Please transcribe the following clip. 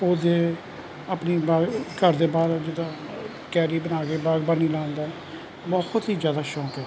ਪੌਦੇ ਆਪਣੀ ਬਾ ਘਰ ਦੇ ਬਾਹਰ ਜਿੱਦਾਂ ਕਿਆਰੀ ਬਣਾ ਕੇ ਬਾਗਬਾਨੀ ਲਾਉਣ ਦਾ ਬਹੁਤ ਹੀ ਜ਼ਿਆਦਾ ਸ਼ੌਂਕ ਹੈ